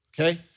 Okay